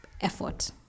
effort